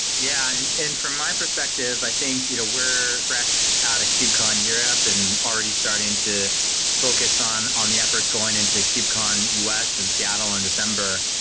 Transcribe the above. yeah. and from my perspective, i think you know we're fresh out of kubecon europe and already starting to focus on on the efforts going into kubecon us and seattle in december.